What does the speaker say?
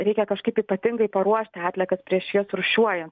reikia kažkaip ypatingai paruošti atliekas prieš jas rūšiuojant